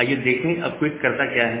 आइए देखते हैं कि अब क्विक क्या करता है